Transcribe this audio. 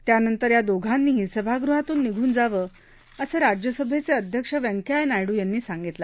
त्यानंतर या दोघांनीही सभागृहातून निघून जावं असं राज्यसभेचे अध्यक्ष व्यंकय्या नायडू यांनी सांगितलं